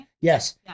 yes